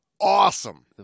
Awesome